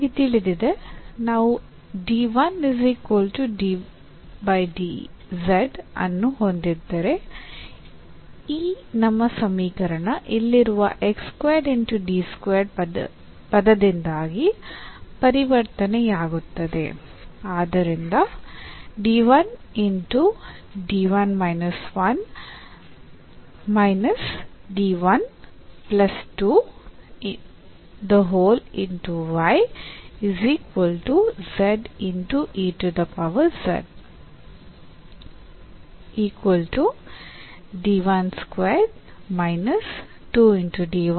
ನಮಗೆ ತಿಳಿದಿದೆ ನಾವು ಅನ್ನು ಹೊಂದಿದ್ದರೆ ಈ ನಮ್ಮ ಸಮೀಕರಣ ಇಲ್ಲಿರುವ ಪದದಿಂದಾಗಿ ಪರಿವರ್ತನೆಯಾಗುತ್ತದೆ